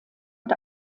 und